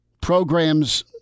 Programs